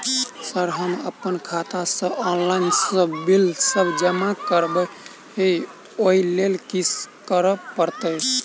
Sir हम अप्पन खाता सऽ ऑनलाइन सऽ बिल सब जमा करबैई ओई लैल की करऽ परतै?